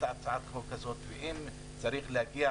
צריך לטפל